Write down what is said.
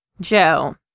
Joe